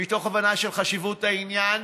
מתוך הבנה של חשיבות העניין,